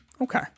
Okay